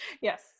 yes